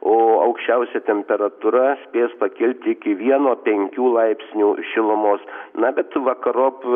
o aukščiausia temperatūra spės pakilti iki vieno penkių laipsnių šilumos na bet vakarop